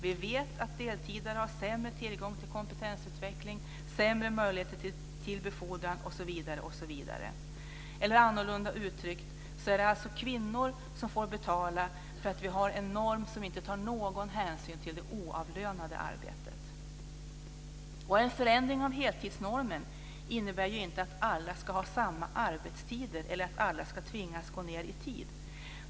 Vi vet att deltidare har sämre tillgång till kompetensutveckling och sämre möjligheter till befordran osv., eller annorlunda uttryckt är det alltså kvinnor som får betala för att vi har en norm som inte tar någon hänsyn till det oavlönade arbetet. En förändring av heltidsnormen innebär ju inte att alla ska ha samma arbetstider eller att alla ska tvingas att gå ned i tid.